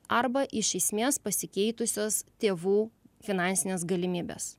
arba iš esmės pasikeitusios tėvų finansinės galimybės